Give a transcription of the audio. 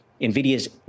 nvidia's